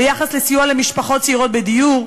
ביחס לסיוע למשפחות צעירות בדיור,